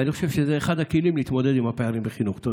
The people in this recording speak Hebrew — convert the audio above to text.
ואני חושב שזה אחד הכלים להתמודד עם הפערים בחינוך.